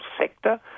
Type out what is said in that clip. sector